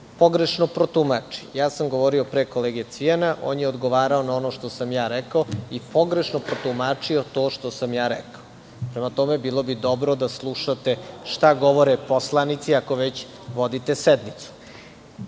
pogrešno protumači. Ja sam govorio pre kolege Cvijana, a on je odgovarao na ono što sam ja rekao i pogrešno protumačio to što sam ja rekao. Prema tome, bilo bi dobro da slušate šta govore poslanici ako već vodite sednicu. Zakon